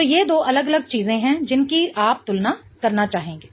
तो ये दो अलग अलग चीजें हैं जिनकी आप तुलना करना चाहते हैं